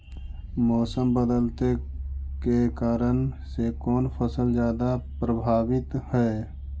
मोसम बदलते के कारन से कोन फसल ज्यादा प्रभाबीत हय?